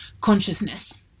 consciousness